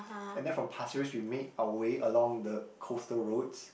and then from pasir-ris we made our way along the coastal roads